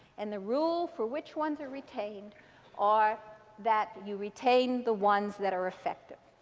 and the rule for which ones are retained are that you retain the ones that are effective.